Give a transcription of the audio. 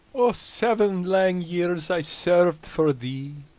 seven lang years i served for thee,